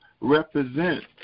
represent